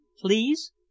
please